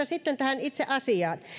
sitten tähän itse asiaan